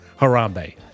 Harambe